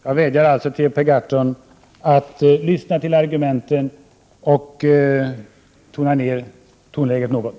Jag vädjar till Per Gahrton att lyssna till argumenten och dämpa tonläget något.